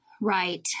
Right